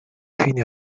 fine